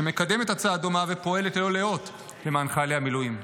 שמקדמת הצעה דומה ופועלת ללא לאות למען חיילי המילואים.